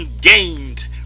gained